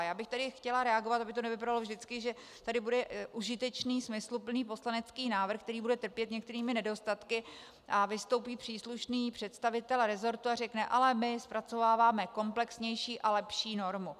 Já bych chtěla reagovat, aby to nevypadalo vždycky, že tady bude užitečný smysluplný poslanecký návrh, který bude trpět některými nedostatky, a vystoupí příslušný představitel resortu a řekne: ale my zpracováváme komplexnější a lepší normu.